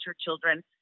children